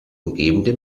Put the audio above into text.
umgebende